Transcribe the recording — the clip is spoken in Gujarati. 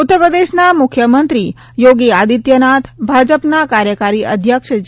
ઉત્તર પ્રદેશના મુખ્યમંત્રી યોગી આદિત્યનાથ ભાજપના કાર્યકારી અધ્યક્ષ જે